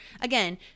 Again